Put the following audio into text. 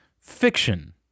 fiction